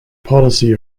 policy